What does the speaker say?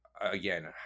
again